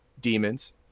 demons